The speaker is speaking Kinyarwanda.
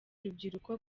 rubyiruko